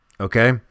okay